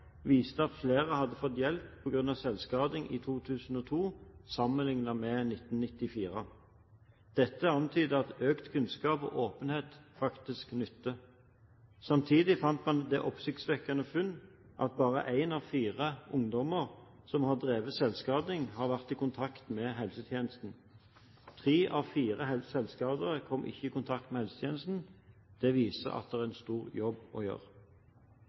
viste at flere hadde fått hjelp på grunn av selvskading i 2002 sammenlignet med 1994. Dette antyder at økt kunnskap og åpenhet faktisk nytter. Samtidig hadde man det oppsiktsvekkende funn at bare én av fire ungdommer som har drevet med selvskading, har vært i kontakt med helsetjenesten. Tre av fire selvskadere kom ikke i kontakt med helsetjenesten. Det viser at det er en stor jobb å gjøre.